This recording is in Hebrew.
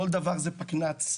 כל דבר זה פקנ"ץ.